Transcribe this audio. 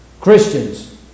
Christians